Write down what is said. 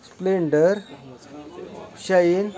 splendor shine